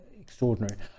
extraordinary